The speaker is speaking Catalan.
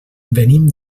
venim